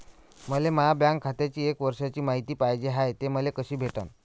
मले माया बँक खात्याची एक वर्षाची मायती पाहिजे हाय, ते मले कसी भेटनं?